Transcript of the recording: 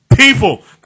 People